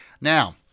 Now